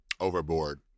overboard